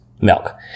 milk